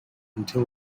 until